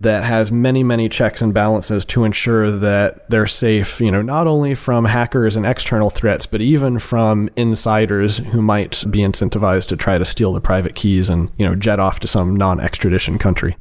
that has many, many checks and balances to ensure that their safe you know not only from hackers and external threats, but even from insiders who might be incentivized to try to steal the private keys and you know jet off to some non-extradition country.